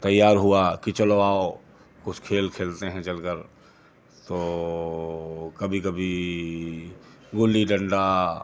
तैयार हुआ कि चलो आओ कुछ खेल खेलते हैं चलकर तो कभी कभी गुल्ली डंडा